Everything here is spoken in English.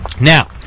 Now